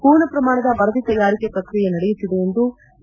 ಮೂರ್ಣ ಪ್ರಮಾಣದ ವರದಿ ತಯಾರಿಕೆ ಪ್ರಕ್ರಿಯೆ ನಡೆಯುತ್ತಿದೆ ಎಂದು ಕೆ